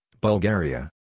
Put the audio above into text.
Bulgaria